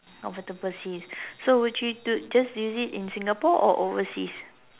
comfortable seats so would you just use it Singapore or overseas